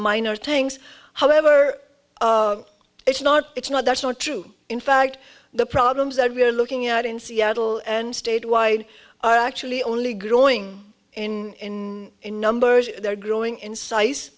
minor things however it's not it's not that's not true in fact the problems that we're looking at in seattle and statewide are actually only growing in numbers they're growing in size